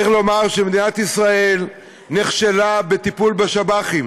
צריך לומר שמדינת ישראל נכשלה בטיפול בשב"חים.